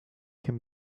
can